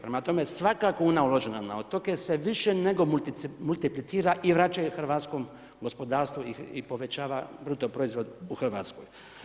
Prema tome, svaka kuna uložena na otoke, se više nego multiplicira i vraćaju hrvatskom gospodarstvu i povećava brutoproizvod u Hrvatskoj.